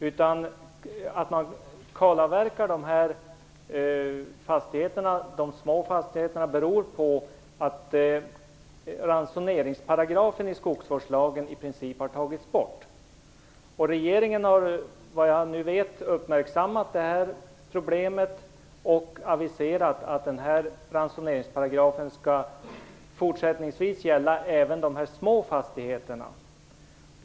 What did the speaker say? Att det sker en kalavverkning av de små fastigheterna beror på att ransoneringsparagrafen i skogsvårdslagen i princip har tagits bort. Regeringen har, såvitt jag vet, uppmärksammat detta problem och aviserat att ransoneringsparagrafen fortsättningsvis även skall gälla de små fastigheterna.